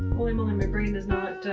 holy moly, my brain does not